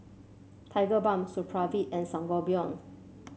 Tigerbalm Supravit and Sangobion